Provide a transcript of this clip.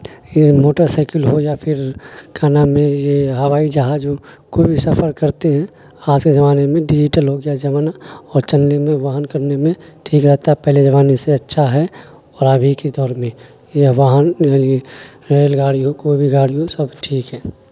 یہ موٹرسائیکل ہو یا پھر کھانا میں یہ ہوائی جہاز ہو کوئی بھی سفر کرتے ہیں آج کے زمانے میں ڈیجیٹل ہو گیا زمانہ اور چلنے میں واہن کرنے میں ٹھیک رہتا ہے پہلے زمانے سے اچھا ہے اور ابھی کے دور میں یہ واہن ریل گاڑی ہو کوئی بھی گاڑی ہو سب ٹھیک ہے